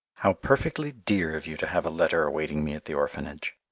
how perfectly dear of you to have a letter awaiting me at the orphanage.